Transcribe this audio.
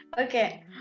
Okay